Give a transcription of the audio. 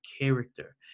character